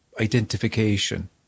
identification